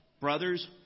Brothers